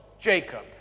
Jacob